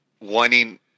wanting